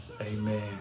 Amen